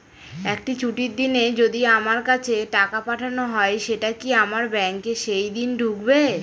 একটি ছুটির দিনে যদি আমার কাছে টাকা পাঠানো হয় সেটা কি আমার ব্যাংকে সেইদিন ঢুকবে?